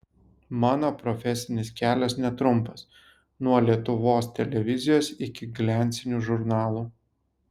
mano profesinis kelias netrumpas nuo lietuvos televizijos iki gliancinių žurnalų